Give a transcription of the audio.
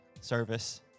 service